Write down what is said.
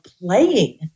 playing